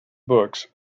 books